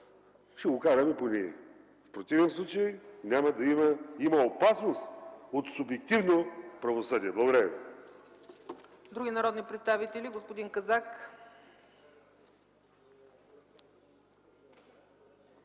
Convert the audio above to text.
– ще караме по него. В противен случай има опасност от субективно правосъдие. Благодаря.